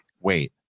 Wait